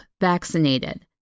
vaccinated